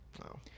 No